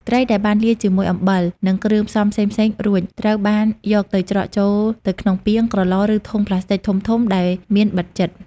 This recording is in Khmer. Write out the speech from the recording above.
ត្រីដែលបានលាយជាមួយអំបិល និងគ្រឿងផ្សំផ្សេងៗរួច ត្រូវបានយកទៅច្រកចូលទៅក្នុងពាង ក្រឡ ឬធុងប្លាស្ទិកធំៗ ដែលមានបិទជិត។